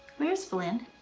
where's blynn?